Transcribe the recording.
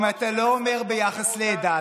אם אתה לא אומר ביחס לעדה,